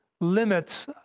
limits